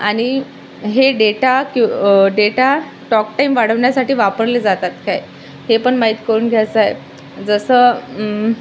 आणि हे डेटा क्यू डेटा टॉकटाईम वाढवण्यासाठी वापरले जातात काय हे पण माहीत करून घ्यायचं आहे जसं